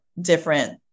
different